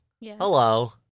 Hello